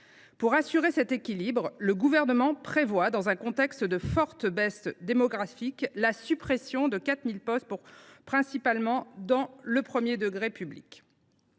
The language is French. Pour assurer cet équilibre, le Gouvernement prévoit, compte tenu de la forte baisse démographique en cours, la suppression de 4 000 postes, principalement dans le premier degré de